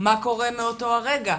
מה קורה מאותו הרגע?